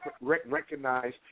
recognize